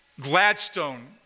Gladstone